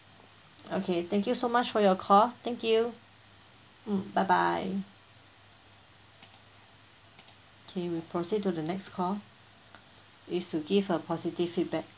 okay thank you so much for your call thank you mm bye bye okay we proceed to the next call is to give a positive feedback